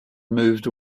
moved